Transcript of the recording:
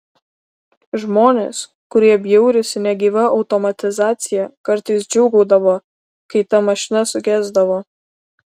žmonės kurie bjaurisi negyva automatizacija kartais džiūgaudavo kai ta mašina sugesdavo